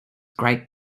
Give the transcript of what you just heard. great